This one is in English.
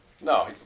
No